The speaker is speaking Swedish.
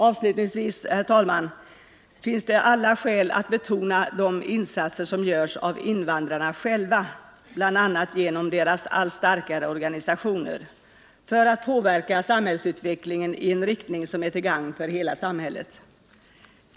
Avslutningsvis, herr talman, finns det alla skäl att betona de insatser som görs av invandrarna själva, bl.a. genom deras allt starkare organisationer, för att påverka samhällsutvecklingen i en riktning som är till gagn för hela samhället.